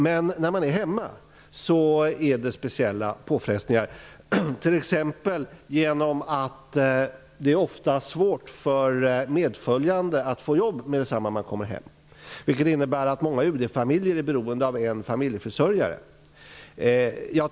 Men vid tjänstgöring här hemma utsätts de för speciella påfrestningar, t.ex. genom att det ofta är svårt för medföljande att få jobb direkt när de kommer hem. Det innebär att man i många UD-familjer är beroende av en familjeförsörjare.